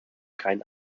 keinen